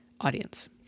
audience